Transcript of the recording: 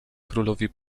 królowi